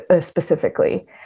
specifically